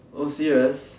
oh serious